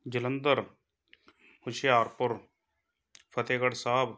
Jalandhar Hoshiarpur Fatehgarh Sahib